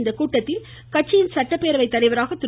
இக்கூட்டத்தில் கட்சியின் சட்டப்பேரவை தலைவராக திரு